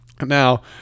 Now